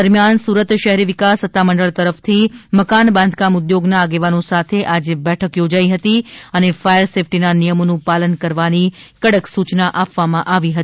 દરમ્યાન સુરત શહેરી વિકાસ સત્તામંડળ તરફ થી મકાન બાંધકામ ઉદ્યોગના આગેવાનો સાથે આજે બેઠક યોજાઇ હતી અને ફાયર સેફ્ટી ના નિયમો નું પાલન કરવાની કડક સૂચના આપવામાં આવી હતી